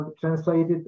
translated